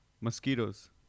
Mosquitoes